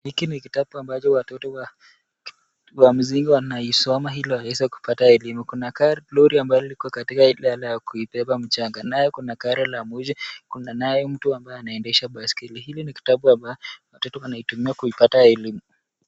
Hiki ni kitabu ambacho watoto wa msingi wanaisoma ili waweze kupata elimu. Kuna lorry ambalo liko katika ile la kubeba mchanga. Nayo kuna gari la moshi, kuna naye mtu ambaye anaendesha baiskeli. Hili ni kitabu ambacho watoto wanaitumia kuipata elimu.